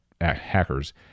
hackers